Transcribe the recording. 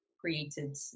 created